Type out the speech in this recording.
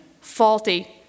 faulty